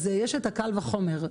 אז יש את הקל וחומר.